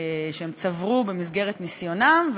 שהם צברו במסגרת ניסיונם,